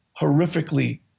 horrifically